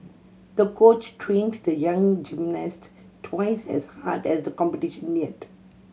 the coach trained the young gymnast twice as hard as the competition neared